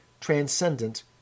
transcendent